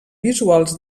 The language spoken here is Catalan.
visuals